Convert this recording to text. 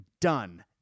done